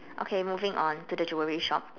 okay moving on to the jewelry shop